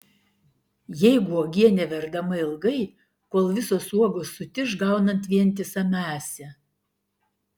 jei uogienė verdama ilgai kol visos uogos sutiš gaunant vientisą masę